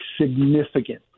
significant